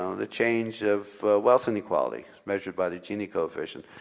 ah the change of wealth and equality measured by the gini coefficient.